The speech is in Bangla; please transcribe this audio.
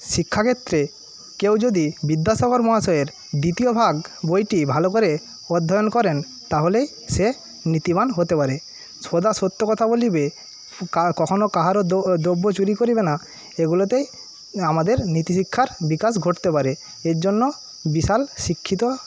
শিক্ষাক্ষেত্রে কেউ যদি বিদ্যাসাগর মহাশয়ের দ্বিতীয় ভাগ বইটি ভালো করে অধ্যয়ন করেন তাহলেই সে নীতিবান হতে পারে সদা সত্য কথা বলিবে কখনও কাহারও দ্রব্য চুরি করিবে না এগুলোতেই আমাদের নীতিশিক্ষার বিকাশ ঘটতে পারে এর জন্য বিশাল শিক্ষিত